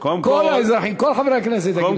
כל חברי הכנסת יגידו לך את זה.